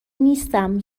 نیستم